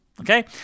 Okay